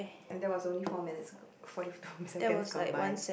and that was only four minutes forty seconds gone by